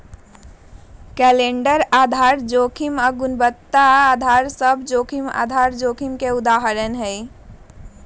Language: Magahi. कैलेंडर आधार जोखिम आऽ गुणवत्ता अधार सभ जोखिम आधार जोखिम के उदाहरण हइ